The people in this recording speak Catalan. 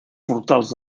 portals